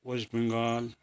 West Bengal